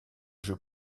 jeu